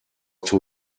too